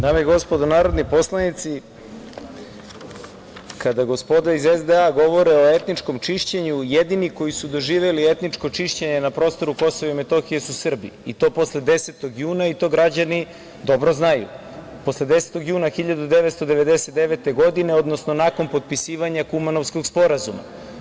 Dame i gospodo narodni poslanici, kada gospoda iz SDA govore o etničkom čišćenju, jedini koji su doživeli etničko čišćenje na prostoru Kosova i Metohije su Srbi i to posle 10. juna i to građani dobro znaju, posle 10. juna 1999. godine, odnosno nakon potpisivanja Kumanovskog sporazuma.